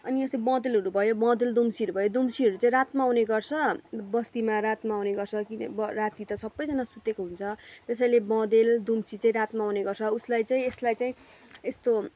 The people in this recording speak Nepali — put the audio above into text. अनि यसो बँदेलहरू भयो बँदेल दुम्सीहरू भयो दुम्सीहरू चाहिँ रातमा आउने गर्छ बस्तीमा रातमा आउने गर्छ कि राति त सबैजना सुतेको हुन्छ त्यसैले बँदेल दुम्सी चाहिँ रातमा आउने गर्छ उसलाई चाहिँ यसलाई चाहिँ यस्तो